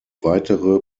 weitere